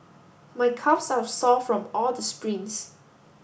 my calves are sore from all the sprints